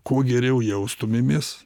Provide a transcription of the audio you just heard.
kuo geriau jaustumėmės